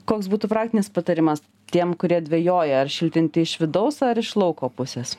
koks būtų praktinis patarimas tiem kurie dvejoja ar šiltinti iš vidaus ar iš lauko pusės